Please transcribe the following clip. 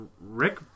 Rick